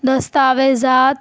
دستاویزات